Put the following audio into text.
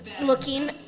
looking